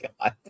God